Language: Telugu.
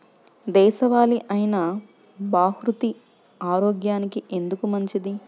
దేశవాలి అయినా బహ్రూతి ఆరోగ్యానికి ఎందుకు మంచిది?